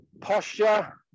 posture